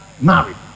married